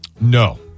No